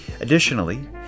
Additionally